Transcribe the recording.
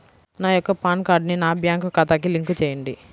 నా యొక్క పాన్ కార్డ్ని నా బ్యాంక్ ఖాతాకి లింక్ చెయ్యండి?